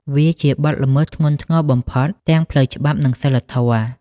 វាជាបទល្មើសធ្ងន់ធ្ងរបំផុតទាំងផ្លូវច្បាប់ និងសីលធម៌។